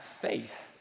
faith